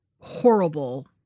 horrible